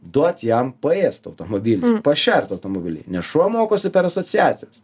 duot jam paėst automobily pašert automobily nes šuo mokosi per asociacijas